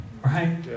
right